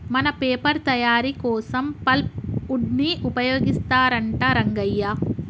మన పేపర్ తయారీ కోసం పల్ప్ వుడ్ ని ఉపయోగిస్తారంట రంగయ్య